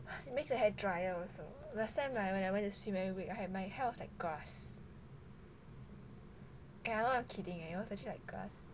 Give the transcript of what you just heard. it makes your hair dryer also last time [right] when I went to swim every week I have my hair was like grass and I'm not even kidding it was actually like grass